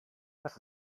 das